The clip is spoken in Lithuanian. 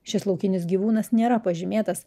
šis laukinis gyvūnas nėra pažymėtas